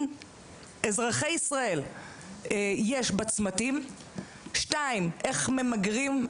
אזרחי ישראל יש בצמתים?; (2) איך ממגרים?